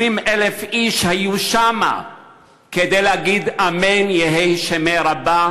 20,000 איש היו שם כדי להגיד "אמן יהא שמיה רבא"